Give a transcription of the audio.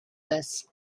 this